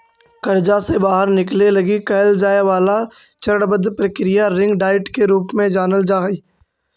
कर्जा से बाहर निकले लगी कैल जाए वाला चरणबद्ध प्रक्रिया रिंग डाइट के रूप में जानल जा हई